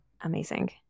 Amazing